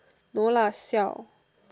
no lah siao